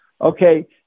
okay